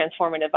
transformative